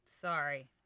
Sorry